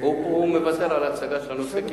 הוא מוותר על ההצגה של הנושא,